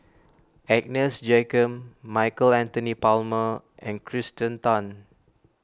Agnes Joaquim Michael Anthony Palmer and Kirsten Tan